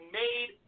made